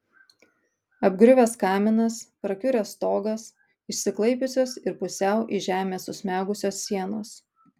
apgriuvęs kaminas prakiuręs stogas išsiklaipiusios ir pusiau į žemę susmegusios sienos